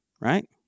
right